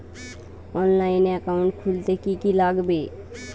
অনলাইনে একাউন্ট খুলতে কি কি লাগবে?